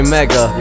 Mega